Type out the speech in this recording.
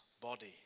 body